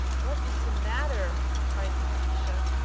what is the matter? cried lucretia.